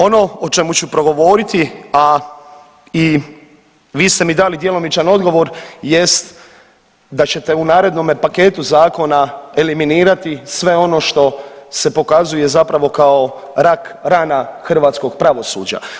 Ono o čemu ću progovoriti, a i vi ste mi dali djelomičan odgovor jest da ćete u narednome paketu zakona eliminirati sve ono što se pokazuje zapravo kao rak rana hrvatskog pravosuđa.